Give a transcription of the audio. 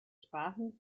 sprachen